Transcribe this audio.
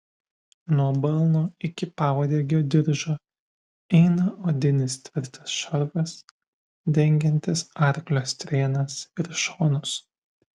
nuo balno iki pauodegio diržo eina odinis tvirtas šarvas dengiantis arklio strėnas ir šonus